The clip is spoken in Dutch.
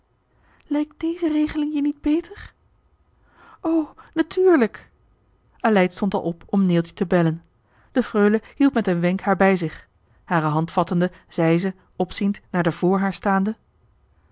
lijkt deze regeling je niet beter o nâtuurlijk aleid stond al op om neeltje te bellen de freule hield met een wenk haar bij zich hare hand vattende zei ze opziend naar de vr haar staande